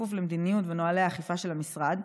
בכפוף למדיניות ונוהלי האכיפה של המשרד.